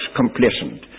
complacent